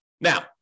Now